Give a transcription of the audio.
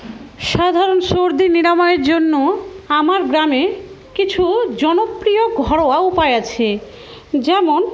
সাধারণ সর্দি নিরাময়ের জন্য আমার গ্রামে কিছু জনপ্রিয় ঘরোয়া উপায় আছে যেমন